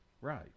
Right